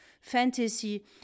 fantasy